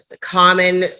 common